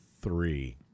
three